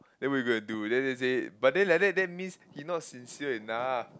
then we go and do then they say but then like that that means he not sincere enough